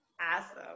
Awesome